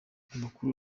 amakuru